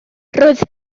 roedd